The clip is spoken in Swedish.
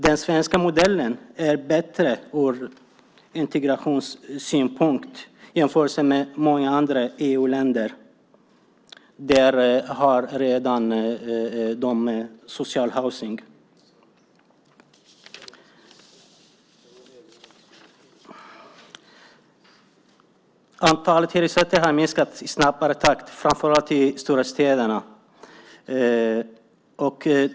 Den svenska modellen är bättre ur integrationssynpunkt i jämförelse med många andra EU-länder där det redan finns social housing . Antalet hyresrätter har minskat i snabb takt, framför allt i de stora städerna.